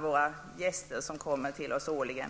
våra årligen återkommande gäster.